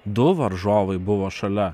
du varžovai buvo šalia